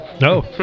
No